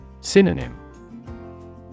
Synonym